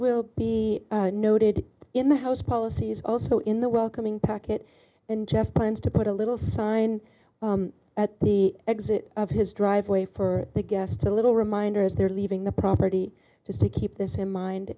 will be noted in the house policies also in the welcoming packet and just plans to put a little sign at the exit of his driveway for the guests a little reminder as they're leaving the property just to keep this in mind